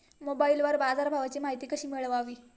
मोबाइलवर बाजारभावाची माहिती कशी मिळवावी?